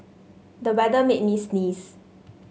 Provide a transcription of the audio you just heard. the weather made me sneeze